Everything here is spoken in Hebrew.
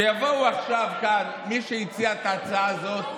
שיבוא עכשיו מי שהציע את ההצעה הזאת,